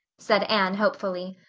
said anne hopefully.